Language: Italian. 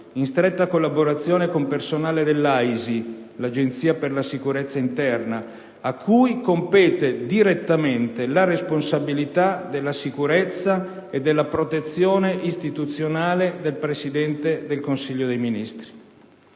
in stretta collaborazione con personale dell'AISI (l'Agenzia per la sicurezza interna), a cui compete direttamente la responsabilità della sicurezza e della protezione istituzionale del Presidente del Consiglio dei ministri.